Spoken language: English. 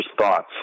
thoughts